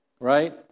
right